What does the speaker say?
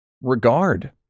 Regard